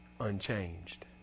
unchanged